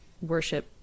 worship